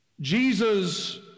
Jesus